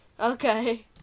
Okay